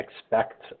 expect